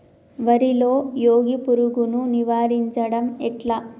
వరిలో మోగి పురుగును నివారించడం ఎట్లా?